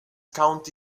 county